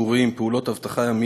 ציבוריים (תיקון מס' 8) (פעולת אבטחה ימית),